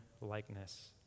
likeness